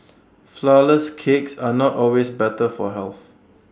Flourless Cakes are not always better for health